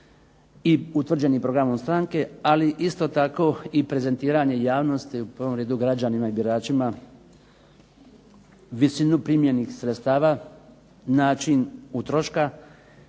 i utvrđenim programom stranke, ali isto tako i prezentiranje javnosti, u prvom redu građanima i biračima visinu primljenih sredstava, način utroška